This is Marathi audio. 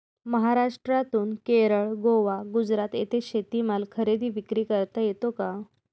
महाराष्ट्रातून केरळ, गोवा, गुजरात येथे शेतीमाल खरेदी विक्री करता येतो का?